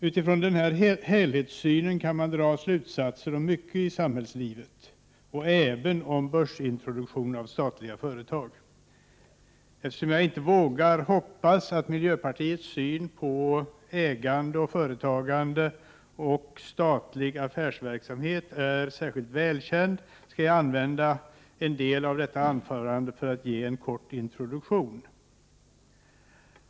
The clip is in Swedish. Utifrån denna helhetssyn kan man dra slutsatser om mycket i samhällslivet och även om börsintroduktion av statliga företag. Eftersom jag inte vågar hoppas att miljöpartiets syn på ägande, företagande och statlig affärsverksamhet är särskilt välkänd, skall jag ägna en del av detta anförande åt att ge en kort introduktion.